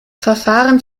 verfahren